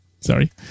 Sorry